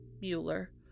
Mueller